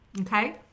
Okay